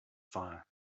fire